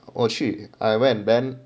我去 I went then